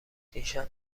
دیشب